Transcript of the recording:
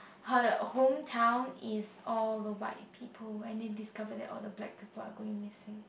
her hometown is all the white people when they discover that all the black people are going missing